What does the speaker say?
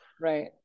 right